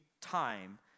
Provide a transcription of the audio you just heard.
time